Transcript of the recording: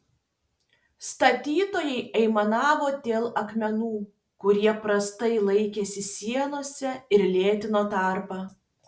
statytojai aimanavo dėl akmenų kurie prastai laikėsi sienose ir lėtino darbą